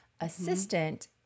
assistant